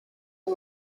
die